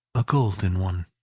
a golden one.